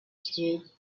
street